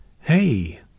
hey